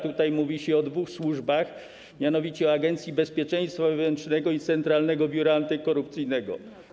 Tutaj mówi się o dwóch służbach, mianowicie o Agencji Bezpieczeństwa Wewnętrznego i Centralnym Biurze Antykorupcyjnym.